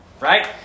right